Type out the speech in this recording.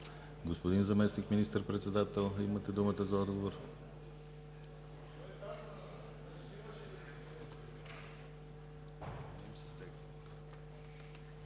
Господин Заместник-министър председател, имате думата за отговор.